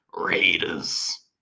Raiders